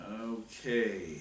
Okay